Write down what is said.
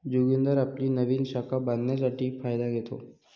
जोगिंदर आपली नवीन शाखा बांधण्यासाठी फायदा घेतो